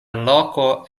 loko